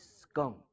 scum